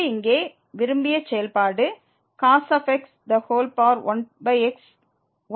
இது இங்கே விரும்பிய செயல்பாடு x 1x 1 க்கு செல்கிறது